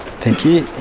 thank you.